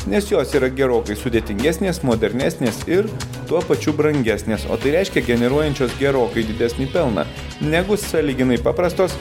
nes jos yra gerokai sudėtingesnės modernesnės ir tuo pačiu brangesnės o tai reiškia generuojančios gerokai didesnį pelną negu sąlyginai paprastos